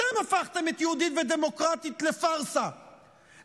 אתם הפכתם את "יהודית ודמוקרטית" לפארסה,